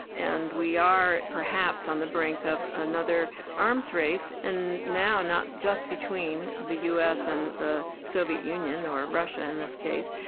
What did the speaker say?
and we are perhaps on the brink of another arms race, and now not just between the us and the soviet union, or russia in this case,